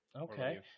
Okay